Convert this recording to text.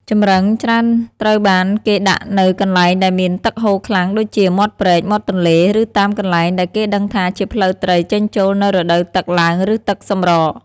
ចម្រឹងច្រើនត្រូវបានគេដាក់នៅកន្លែងដែលមានទឹកហូរខ្លាំងដូចជាមាត់ព្រែក មាត់ទន្លេ ឬតាមកន្លែងដែលគេដឹងថាជាផ្លូវត្រីចេញចូលនៅរដូវទឹកឡើងឬទឹកសម្រក។